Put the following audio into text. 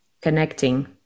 connecting